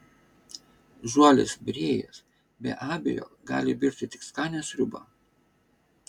žuolis virėjas be abejo gali virti tik skanią sriubą